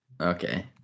Okay